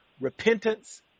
repentance